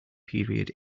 period